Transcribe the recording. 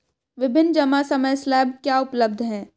विभिन्न जमा समय स्लैब क्या उपलब्ध हैं?